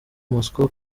moscow